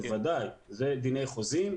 זה דיני חוזים,